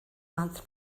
month